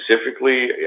specifically